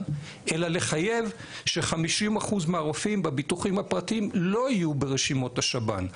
אלא לחייב ש-50% מהרופאים בביטוחים הפרטיים לא יהיו ברשימות השב"ן.